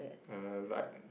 uh like